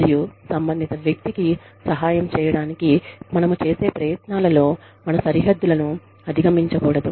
మరియు సంబంధిత వ్యక్తికి సహాయం చేయడానికి మనము చేసే ప్రయత్నాలలో మన సరిహద్దులను అధిగమించకూడదు